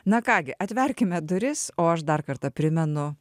na ką gi atverkime duris o aš dar kartą primenu